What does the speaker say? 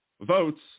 votes